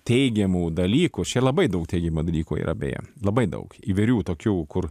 teigiamų dalykų čia labai daug teigiamų dalykų yra beje labai daug įvairių tokių kur